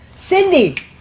Cindy